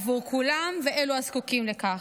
עבור כולם ואלו הזקוקים לכך.